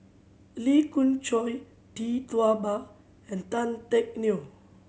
Lee Khoon Choy Tee Tua Ba and Tan Teck Neo